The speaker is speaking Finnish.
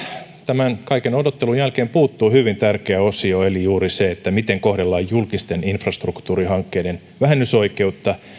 tämän kaiken odottelun jälkeen puuttuu hyvin tärkeä osio eli juuri se miten kohdellaan julkisten infrastruktuurihankkeiden vähennysoikeutta